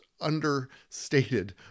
understated